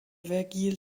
vergil